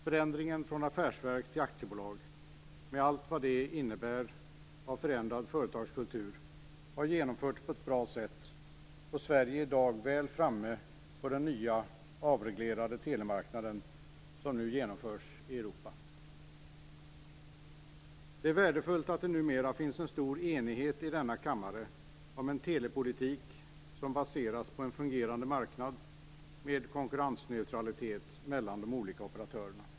Förändringen från affärsverk till aktiebolag, med allt vad det innebär av förändrad företagskultur, har genomförts på ett bra sätt, och Sverige är i dag väl framme på den nya avreglerade telemarknaden som nu genomförs i Europa. Det är värdefullt att det numera finns en stor enighet i denna kammare om en telepolitik som baseras på en fungerande marknad med konkurrensneutralitet mellan de olika operatörerna.